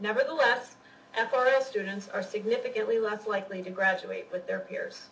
nevertheless and for a students are significantly less likely to graduate with their peers